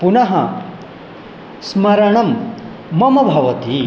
पुनः स्मरणं मम भवति